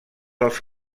els